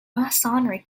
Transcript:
masonry